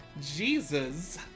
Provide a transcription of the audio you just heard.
jesus